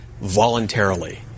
voluntarily